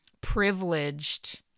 privileged